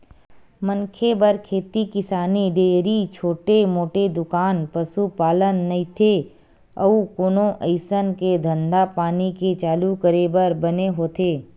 मनखे बर खेती किसानी, डेयरी, छोटे मोटे दुकान, पसुपालन नइते अउ कोनो अइसन के धंधापानी के चालू करे बर बने होथे